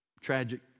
tragic